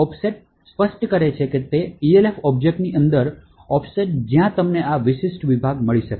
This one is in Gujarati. ઓફસેટ સ્પષ્ટ કરે છે તે Elf ઑબ્જેક્ટની અંદર ઑફસેટ જ્યાં તમને આ વિશિષ્ટ વિભાગ મળી શકે